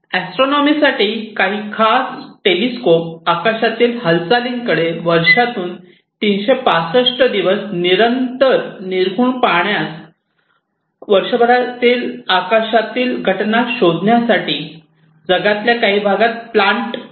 astronomy साठी काही telescope आकाशातील हालचालींकडे वर्षातून 365 दिवस निरंतर निरखून पाहण्यास वर्षभर आकाशातील घटना शोधण्यासाठी जगातल्या काही भागांत प्लांट केल्या आहेत